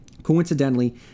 Coincidentally